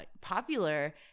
popular